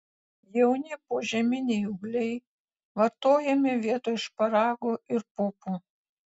jauni požeminiai ūgliai vartojami vietoj šparagų ir pupų